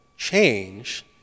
change